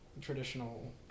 traditional